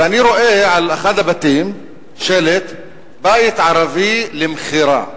ואני רואה על אחד מהבתים שלט: בית ערבי למכירה.